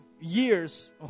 years